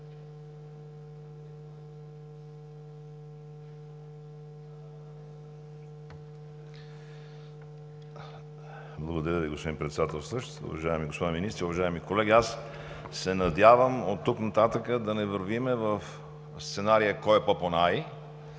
Благодаря Ви, господин Председателстващ. Уважаеми господа министри, уважаеми колеги! Аз се надявам оттук нататък да не вървим в сценария „Кой е по-,